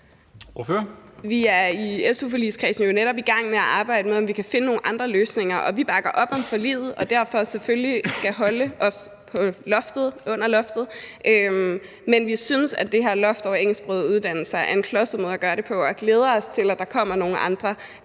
Vi er i su-forligskredsen jo netop i gang med at arbejde med, om vi kan finde nogle andre løsninger, og vi bakker op om forliget, og at man derfor selvfølgelig skal holde sig under loftet. Men vi synes, at det her loft over engelsksprogede uddannelser er en klodset måde at gøre det på, og vi glæder os til, at der kommer nogle